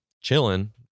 chilling